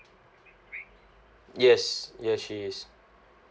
yes yes she is